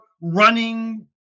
running